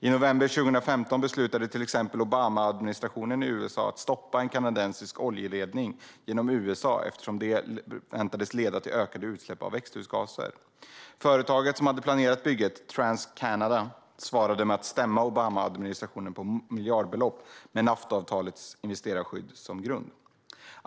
I november 2015 beslutade till exempel Obamaadministrationen i USA att stoppa en kanadensisk oljeledning genom USA eftersom den väntades leda till ökade utsläpp av växthusgaser. Företaget som hade planerat bygget, Trans Canada, svarade med att stämma Obamaadministrationen på miljardbelopp med Naftaavtalets investerarskydd som grund.